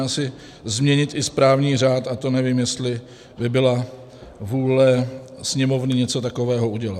Museli bychom asi změnit i správní řád, a to nevím, jestli by byla vůle Sněmovny něco takového udělat.